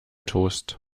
toast